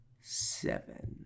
Seven